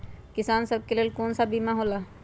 किसान सब के लेल कौन कौन सा बीमा होला?